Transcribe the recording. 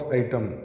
item